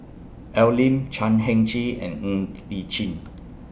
Al Lim Chan Heng Chee and Ng Li Chin